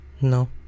No